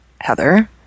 Heather